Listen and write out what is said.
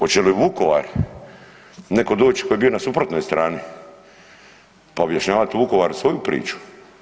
Oće li u Vukovar netko doći tko je bio na suprotnoj strani, pa objašnjavat u Vukovaru svoju priču?